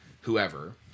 whoever